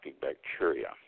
bacteria